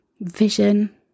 vision